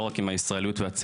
לא רק עם הישראליות והציונות,